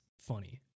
funny